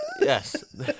Yes